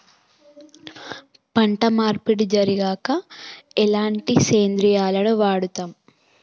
పంట మార్పిడి జరిగాక ఎలాంటి సేంద్రియాలను వాడుతం?